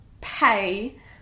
pay